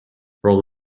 roll